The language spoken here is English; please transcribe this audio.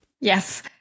Yes